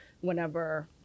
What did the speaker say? whenever